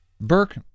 Burke